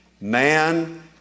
Man